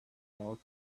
not